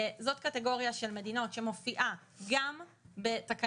זאת קטגוריה של מדינות שמופיעה גם בתקנות